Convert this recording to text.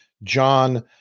John